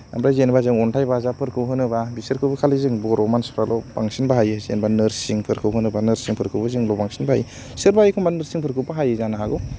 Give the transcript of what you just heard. ओमफ्राय जेनबा जों अन्थाइ बाजाबफोरखौ होनोबा बिसोरखौबो खालि जों बर' मानसिफोराल' बांसिन बाहायो जेनबा नोरसिंफोरखौ होनोबा नोरसिंफोरखौबो जोंल' बांसिन बाहायो सोरबा एखम्बा नोरसिंफोरखौ बाहायो जानो हागौ